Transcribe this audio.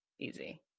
easy